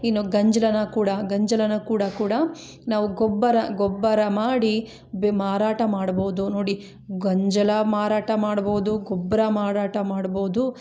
ಇನ್ನು ಗಂಜಲನ ಕೂಡ ಗಂಜಲ ಕೂಡ ಕೂಡ ನಾವು ಗೊಬ್ಬರ ಗೊಬ್ಬರ ಮಾಡಿ ಬಿ ಮಾರಾಟ ಮಾಡ್ಬೌದು ನೋಡಿ ಗಂಜಲ ಮಾರಾಟ ಮಾಡ್ಬೌದು ಗೊಬ್ಬರ ಮಾರಾಟ ಮಾಡ್ಬೌದು